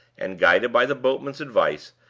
and, guided by the boatman's advice,